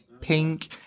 pink